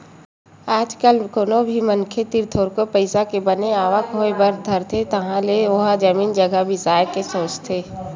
आज कल कोनो भी मनखे तीर थोरको पइसा के बने आवक होय बर धरथे तहाले ओहा जमीन जघा बिसाय के सोचथे